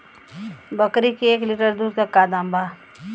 बकरी के एक लीटर दूध के का दाम बा?